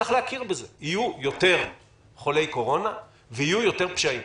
צריך להכיר בזה שיהיו יותר חולי קורונה ויהיו יותר פשעים